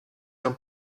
d’un